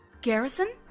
Garrison